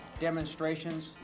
demonstrations